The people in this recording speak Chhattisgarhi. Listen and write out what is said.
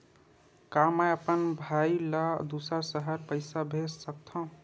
का मैं अपन भाई ल दुसर शहर पईसा भेज सकथव?